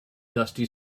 dusty